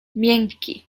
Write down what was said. miękki